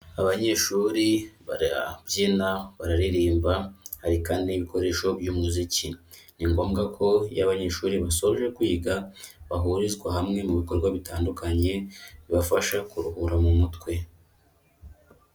Abanyeshuri barabyina, bararirimba hari kandi ibikoresho by'umuziki, ni ngombwa ko iyo abanyeshuri basoje kwiga, bahurizwa hamwe mu bikorwa bitandukanye bibafasha kuruhura mu mutwe.